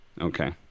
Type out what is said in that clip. Okay